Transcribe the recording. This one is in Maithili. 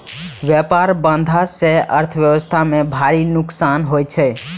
व्यापार बाधा सं अर्थव्यवस्था कें भारी नुकसान होइ छै